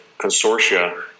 consortia